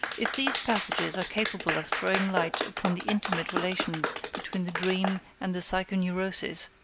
if these passages are capable of throwing light upon the intimate relations between the dream and the psychoneuroses,